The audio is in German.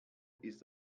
ist